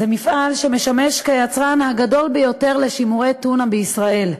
היצרן הגדול ביותר של שימורי טונה בישראל,